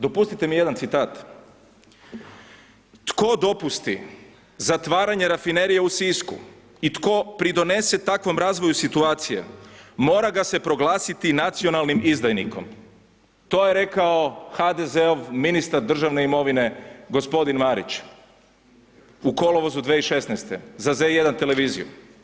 Dopustite mi jedan citat: „Tko dopusti zatvaranje Rafinerije u Sisku i tko pridonese takvom razvoju situacije, mora ga se proglasiti nacionalnim izdajnikom“, to je rekao HDZ-ov ministar državne imovine g. Marić u kolovozu 2016. za Z1 televiziju.